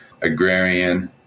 agrarian